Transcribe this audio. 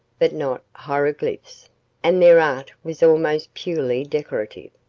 but no hieroglyphs and their art was almost purely decorative,